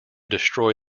destroy